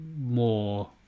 more